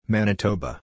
Manitoba